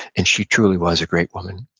and she truly was a great woman.